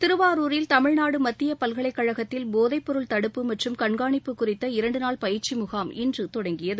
திருவாரூரில் தமிழ்நாடு மத்திய பல்கலைக்கழகத்தில் போதைப்பொருள் தடுப்பு மற்றும் கண்காணிப்பு குறித்த இரண்டு நாள் பயிற்சி முகாம் இன்று தொடங்கியது